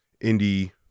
indie